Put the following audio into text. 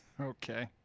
Okay